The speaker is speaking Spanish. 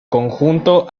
conjunto